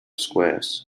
squares